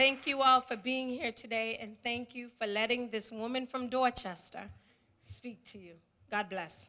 thank you all for being here today and thank you for letting this woman from dorchester speak to you god bless